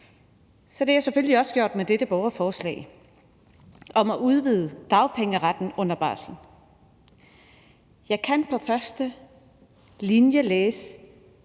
Så det har jeg selvfølgelig også gjort med dette borgerforslag om at udvide dagpengeretten under barsel. Jeg kan på første linje læse,